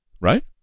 right